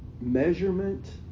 measurement